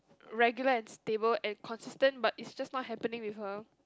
regular and stable and consistent but it's just not happening with her